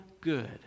good